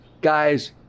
guys